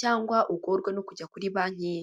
cyangwa ugorwa no kujya kuri banki.